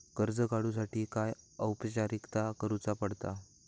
कर्ज काडुच्यासाठी काय औपचारिकता करुचा पडता?